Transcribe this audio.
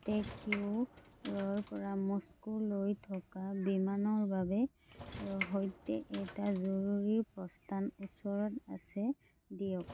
ট'কিঅ'ৰ পৰা মস্কোলৈ থকা বিমানৰ বাবে ৰ সৈতে এটা জৰুৰী প্ৰস্থান ওচৰত আছে দিয়ক